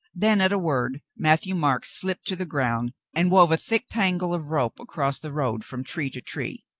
then at a word matthieu-marc slipped to the ground and wove a thick tangle of rope across the road from tree to tree.